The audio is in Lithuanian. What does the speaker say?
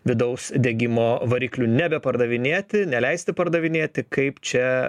vidaus degimo variklių nebepardavinėti neleisti pardavinėti kaip čia